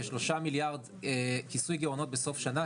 שלושה מיליארד כיסוי גירעונות בסוף שנה,